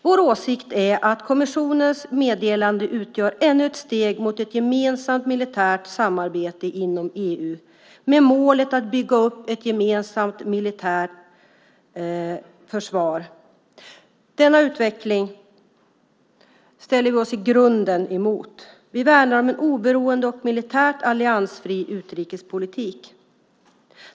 Vår åsikt är att kommissionens meddelande utgör ännu ett steg mot ett gemensamt militärt samarbete inom EU med målet att bygga upp ett gemensamt militärt försvar. Det är en utveckling vi i grunden motsätter oss. Vi värnar en oberoende och militärt alliansfri utrikespolitik.